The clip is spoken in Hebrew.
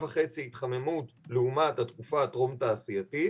התחממות לעומת התקופה הטרום תעשייתית,